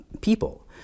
people